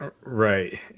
right